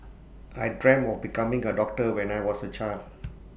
I dreamt of becoming A doctor when I was A child